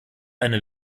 eine